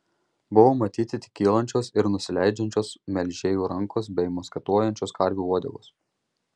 buvo matyti tik kylančios ir nusileidžiančios melžėjų rankos bei maskatuojančios karvių uodegos